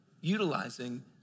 utilizing